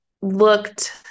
looked